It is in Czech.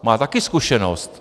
Má taky zkušenost.